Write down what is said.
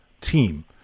team